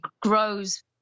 grows